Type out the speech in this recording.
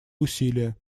усилия